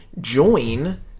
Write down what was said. join